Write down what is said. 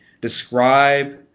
describe